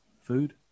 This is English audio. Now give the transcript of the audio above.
food